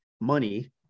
money